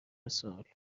سال